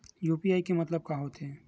UPI के मतलब का होथे?